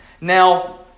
Now